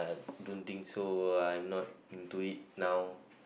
don't think so I'm not into it now